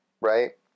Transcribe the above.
right